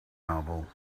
novel